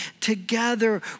together